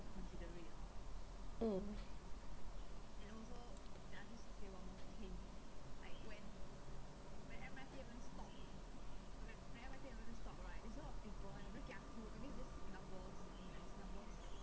mm